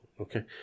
Okay